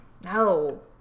No